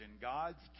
God's